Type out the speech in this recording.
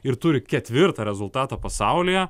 ir turi ketvirtą rezultatą pasaulyje